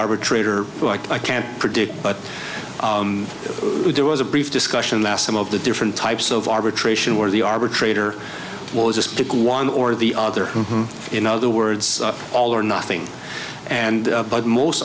arbitrator so i can't predict but there was a brief discussion that some of the different types of arbitration where the arbitrator will just pick one or the other in other words all or nothing and bud most